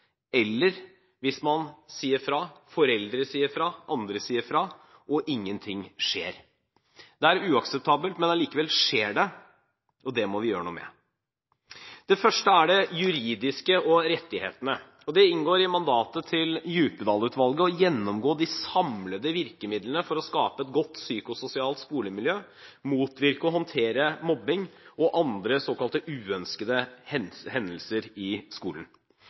eller hvis man sier fra, foreldre sier fra, andre sier fra og ingenting skjer. Det er uakseptabelt, men allikevel skjer det. Det må vi gjøre noe med. Det første er det juridiske og rettighetene. Det inngår i mandatet til Djupedal-utvalget å gjennomgå de samlede virkemidlene for å skape et godt psykososialt skolemiljø, motvirke og håndtere mobbing og andre såkalte uønskede hendelser i skolen.